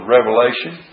Revelation